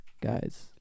Guys